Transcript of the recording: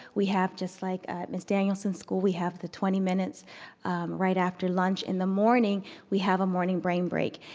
we have just like ah miss danielson's school we have the twenty minutes right after lunch. in the morning we have a morning brain break.